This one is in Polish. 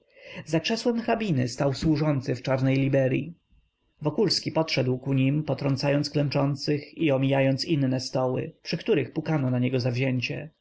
za krzesłem hrabiny stał służący w czarnej liberyi wokulski poszedł ku nim potrącając klęczących i omijając inne stoły przy których pukano na niego zawzięcie